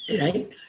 Right